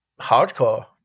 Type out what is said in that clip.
Hardcore